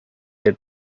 had